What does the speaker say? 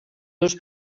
dos